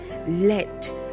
Let